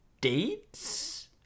dates